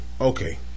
okay